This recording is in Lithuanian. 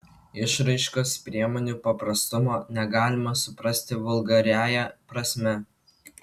išraiškos priemonių paprastumo negalima suprasti vulgariąja prasme